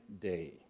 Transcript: day